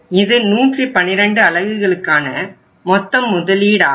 இது 112 அலகுகளுக்கான மொத்த முதலீடாகும்